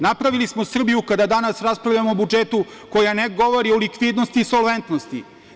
Napravili smo Srbiju, kada danas raspravljamo o budžetu, koja ne govori o likvidnosti i insolventnosti.